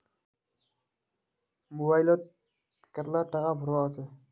Mobile लोत कतला टाका भरवा होचे?